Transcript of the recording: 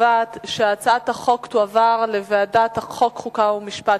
התש"ע 2010, לדיון מוקדם בוועדת החוקה, חוק ומשפט